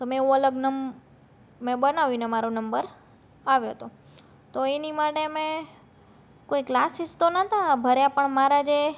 તો મેં એવું અલગ નમ મેં બનાવ્યું ને મારો નંબર આવ્યો તો એની માટે મેં કોઈ ક્લાસિસ તો નહોતા ભર્યા પણ મારા જે